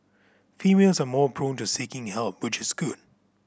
females are more prone to seeking help which is good